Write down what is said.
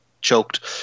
choked